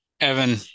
Evan